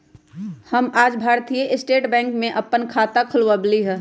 हम आज भारतीय स्टेट बैंक में अप्पन खाता खोलबईली ह